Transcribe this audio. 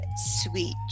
sweet